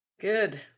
Good